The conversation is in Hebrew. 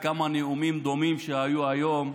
וכמה נאומים דומים שהיו היום,